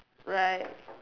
right